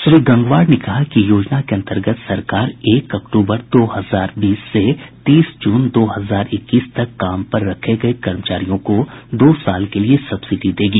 श्री गंगवार ने कहा कि योजना के अंतर्गत सरकार एक अक्तूबर दो हजार बीस से तीस जून दो हजार इक्कीस तक काम पर रखे गए कर्मचारियों को दो साल के लिए सब्सिडी देगी